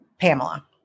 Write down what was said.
Pamela